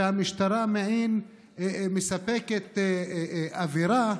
והמשטרה מספקת מעין אווירה,